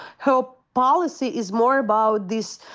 her policy is more about this,